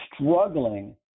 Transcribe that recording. struggling